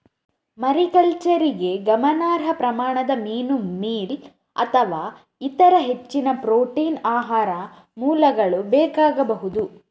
ಮಾರಿಕಲ್ಚರಿಗೆ ಗಮನಾರ್ಹ ಪ್ರಮಾಣದ ಮೀನು ಮೀಲ್ ಅಥವಾ ಇತರ ಹೆಚ್ಚಿನ ಪ್ರೋಟೀನ್ ಆಹಾರ ಮೂಲಗಳು ಬೇಕಾಗಬಹುದು